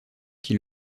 qui